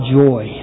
joy